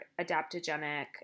adaptogenic